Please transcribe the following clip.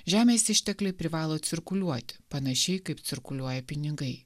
žemės ištekliai privalo cirkuliuoti panašiai kaip cirkuliuoja pinigai